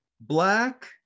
Black